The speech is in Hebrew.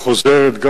חוזרת,